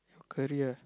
your career